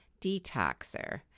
detoxer